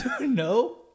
No